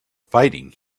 fighting